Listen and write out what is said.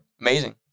Amazing